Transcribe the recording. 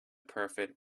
perfect